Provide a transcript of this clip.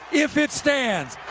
if it stands